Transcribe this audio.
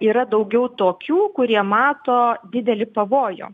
yra daugiau tokių kurie mato didelį pavojų